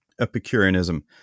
Epicureanism